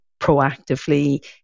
proactively